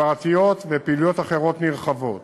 הסברתיות ופעילויות אחרות נרחבות.